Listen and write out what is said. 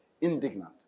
Indignant